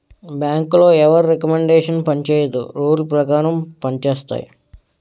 బ్యాంకులో ఎవరి రికమండేషన్ పనిచేయదు రూల్ పేకారం పంజేత్తాయి